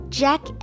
jack